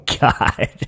God